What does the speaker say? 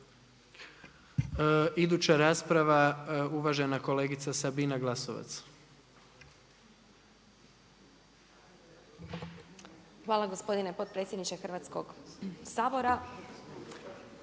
Hvala gospodine potpredsjedniče Hrvatskoga sabora.